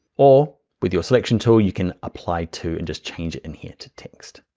or we do a selection tool you can apply to and just change in here to text.